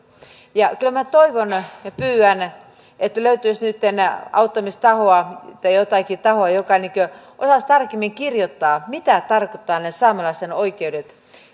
kyllä minä toivon ja pyydän että löytyisi nytten auttamistahoa tai jotakin tahoa joka osaisi tarkemmin kirjoittaa mitä tarkoittavat ne saamelaisten oikeudet